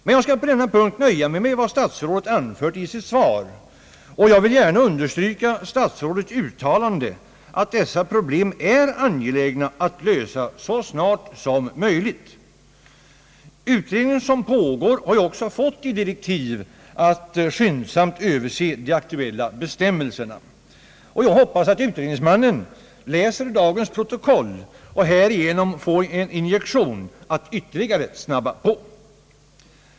Men jag nöjer mig på denna punkt med vad statsrådet anfört i sitt svar och vill gärna understryka hans uttalande, att det är angeläget att dessa problem löses så snart som möjligt. Den pågående utredningen har ju också fått direktiv att skyndsamt överse de aktuella bestämmelserna, och jag hoppas att utredningsmannen läser dagens protokoll och härigenom får ytterligare en injektion att snabba på.